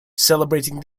celebrating